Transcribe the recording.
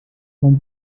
man